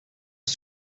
een